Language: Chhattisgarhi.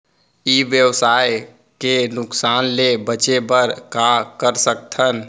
ई व्यवसाय के नुक़सान ले बचे बर का कर सकथन?